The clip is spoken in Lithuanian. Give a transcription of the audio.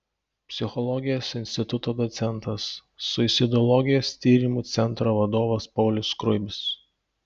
psichologijos instituto docentas suicidologijos tyrimų centro vadovas paulius skruibis